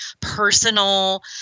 personal